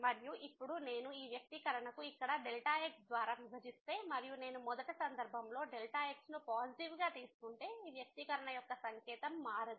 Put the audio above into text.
మరియు ఇప్పుడు నేను ఈ వ్యక్తీకరణను ఇక్కడxద్వారా విభజిస్తే మరియు నేను మొదటి సందర్భంలో xను పాజిటివ్గా తీసుకుంటే ఈ వ్యక్తీకరణ యొక్క సంకేతం మారదు